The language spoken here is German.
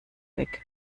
weg